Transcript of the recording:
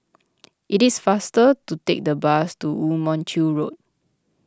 it is faster to take the bus to Woo Mon Chew Road